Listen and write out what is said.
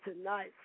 tonight